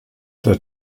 der